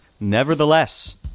nevertheless